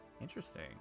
Interesting